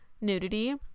nudity